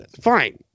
Fine